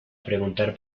preguntar